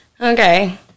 Okay